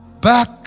Back